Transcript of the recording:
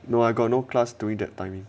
no I got no class during that timing